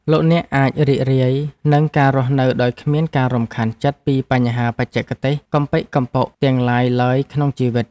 លោកអ្នកអាចរីករាយនឹងការរស់នៅដោយគ្មានការរំខានចិត្តពីបញ្ហាបច្ចេកទេសកំប៉ិកកំប៉ុកទាំងឡាយឡើយក្នុងជីវិត។